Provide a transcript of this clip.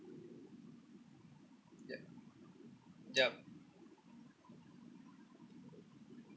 yup yup